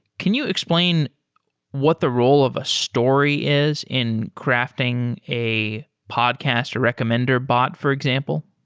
can you explain what the role of a story is in crafting a podcast recommender bot, for example?